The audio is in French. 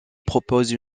propose